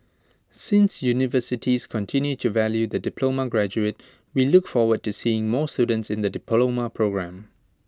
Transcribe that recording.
since universities continue to value the diploma graduate we look forward to seeing more students in the diploma programme